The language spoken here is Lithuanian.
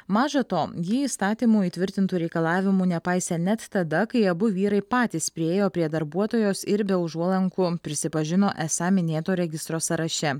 maža to jį įstatymu įtvirtintų reikalavimų nepaisė net tada kai abu vyrai patys priėjo prie darbuotojos ir be užuolankų prisipažino esą minėto registro sąraše